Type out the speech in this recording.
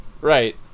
Right